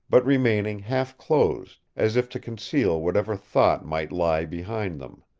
but remaining half closed as if to conceal whatever thought might lie behind them.